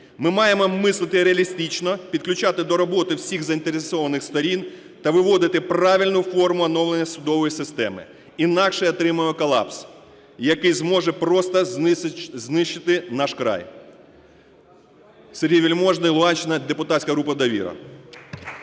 Ми маємо мислити реалістично, підключати до роботи всі заінтересовані сторони та виводити правильну форму оновлення судової системи, інакше отримаємо колапс, який зможе просто знищити наш край. Сергій Вельможний, Луганщина, депутатська група "Довіра".